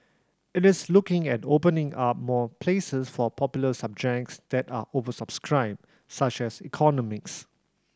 it is looking at opening up more places for popular subjects that are oversubscribed such as economics